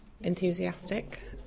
enthusiastic